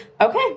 Okay